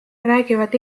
räägivad